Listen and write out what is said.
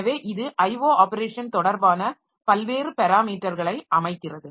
எனவே இது IO operation தொடர்பான பல்வேறு பெராமீட்டர்களை அமைக்கிறது